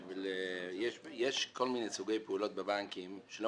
יש כל מיני סוגי פעולות בבנקים שלא